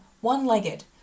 one-legged